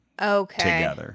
Okay